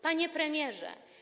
Panie Premierze!